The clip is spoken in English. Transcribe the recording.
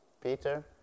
Peter